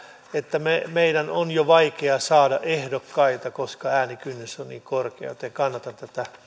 että meidän on jo vaikea saada ehdokkaita koska äänikynnys on niin korkea joten kannatan